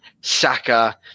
Saka